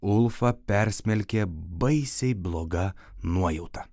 ulfą persmelkė baisiai bloga nuojauta